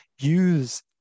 use